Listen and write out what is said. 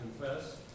confess